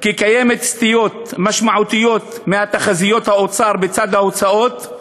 כי קיימות סטיות משמעותיות מתחזיות האוצר בצד ההוצאות,